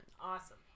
awesome